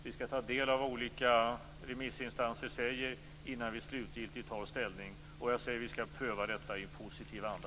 Vi skall ta del av vad olika remissinstanser säger innan vi slutgiltigt tar ställning, och vi skall pröva detta i positiv anda.